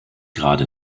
gerade